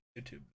YouTube